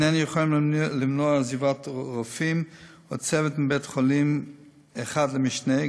איננו יכולים למנוע מעבר רופאים או צוות מבית-חולים אחד למשנהו,